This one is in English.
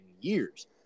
years